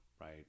right